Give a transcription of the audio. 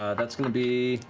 that's going to be